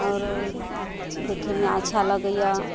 आओर देखैमे अच्छा लगैए